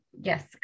Yes